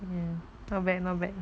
not bad not bad